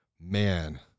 man